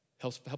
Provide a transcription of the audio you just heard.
Helps